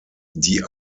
die